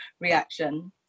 reaction